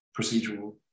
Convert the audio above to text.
procedural